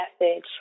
message